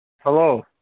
hello